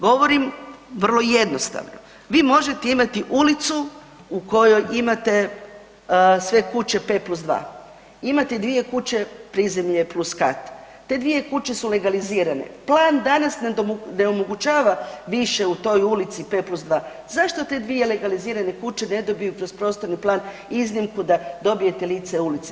Govorim vrlo jednostavno, vi možete imati ulicu u kojoj imate sve kuće P+2, imati dvije kuće prizemlje plus kat, te dvije kuće su legalizirane, plan danas ne omogućava više u toj ulici P+2 zašto te dvije legalizirane kuće ne dobiju kroz prostorni plan iznimku da dobijete lice ulice.